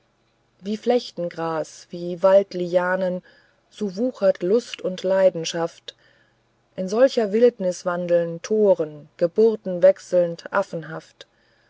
wie flechtengras wie waldlianen so wuchert lust und leidenschaft in solcher wildnis wandeln toren geburten wechselnd affenhaft